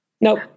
nope